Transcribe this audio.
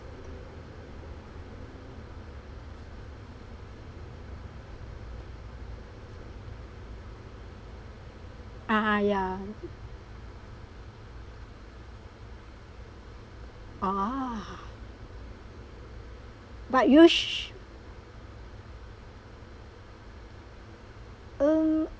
(uh huh) ya oo but you should um